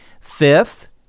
Fifth